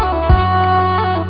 oh